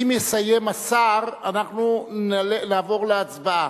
כשיסיים השר אנחנו נעבור להצבעה.